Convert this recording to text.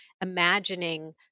imagining